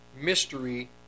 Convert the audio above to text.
mystery